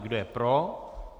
Kdo je pro?